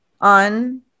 on